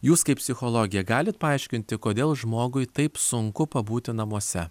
jūs kaip psichologė galit paaiškinti kodėl žmogui taip sunku pabūti namuose